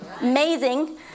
amazing